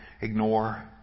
ignore